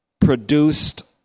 produced